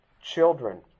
Children